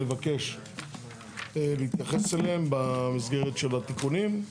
אני מבקש להתייחס אליהם במסגרת של התיקונים.